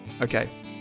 Okay